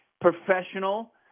professional